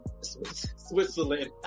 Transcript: Switzerland